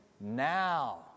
now